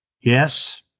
Yes